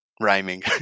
rhyming